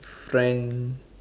friend